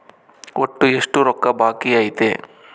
ಒಟ್ಟು ಎಷ್ಟು ರೊಕ್ಕ ಬಾಕಿ ಐತಿ?